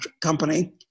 company